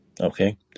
okay